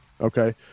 Okay